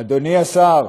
אדוני השר,